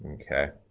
ok.